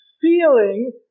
feeling